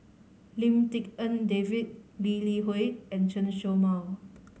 Lim Tik En David Lee Li Hui and Chen Show Mao